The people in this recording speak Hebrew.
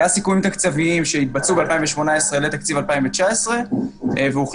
היו סיכומים תקציביים שהתבצעו ב-2018 לתקציב 2019 והוחלט